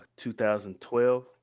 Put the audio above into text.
2012